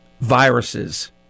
viruses